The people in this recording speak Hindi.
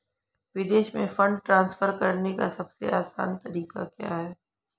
विदेश में फंड ट्रांसफर करने का सबसे आसान तरीका क्या है?